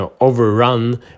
overrun